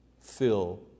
fill